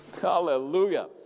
Hallelujah